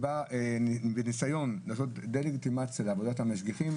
וניסיון לעשות דה-לגיטימציה לעבודת המשגיחים,